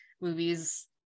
movies